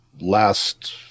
last